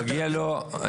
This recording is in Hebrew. מגיע לו.